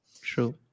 True